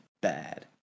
bad